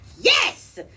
yes